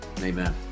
Amen